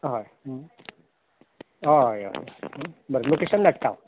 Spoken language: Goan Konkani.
हय हय हय हय लोकेशन धाडटा हांव हय